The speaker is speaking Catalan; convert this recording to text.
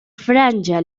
franja